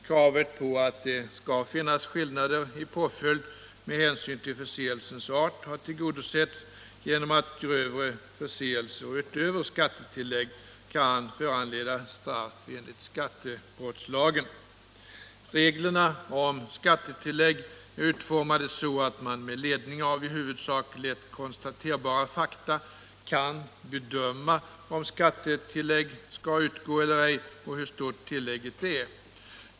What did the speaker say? Kravet på att det skall finnas skillnader i påföljd med hänsyn till förseelsens art har tillgodosetts genom att grövre förseelser utöver skattetillägg kan föranleda straff enligt skattebrottslagen. Reglerna om skattetillägg är utformade så att man med ledning av i huvudsak lätt konstaterbara fakta kan bedöma om skattetillägg skall utgå eller ej och hur stort tillägget är.